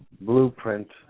blueprint